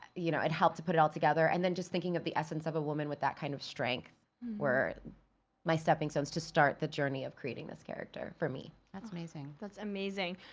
you know, it helped to put it all together and then just thinking of the essence of a woman with that kind of strength, were my stepping stones to start the journey of creating this character for me. that's amazing. that's amazing.